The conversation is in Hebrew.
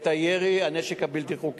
את הירי ואת הנשק הבלתי-חוקי.